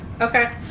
Okay